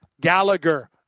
Gallagher